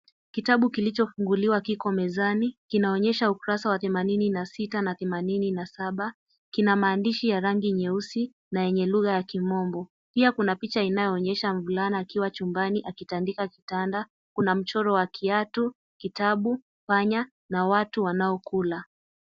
Kitabu jilicho funguliwa kiko mezani, kinaonyesha ukrasa wa themanini na sita na themanini na saba, kina maandishi ya rangi nyeusi na yenye lugha ya kimombo, pia kuna picha inayo onyesha mvulana akiwa chumbani akitandika kitanda, kuna mchoro wa kiatu, kitabu, panya, na watu wanaokula.